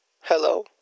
Hello